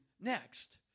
next